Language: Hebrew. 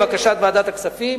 לבקשת ועדת הכספים,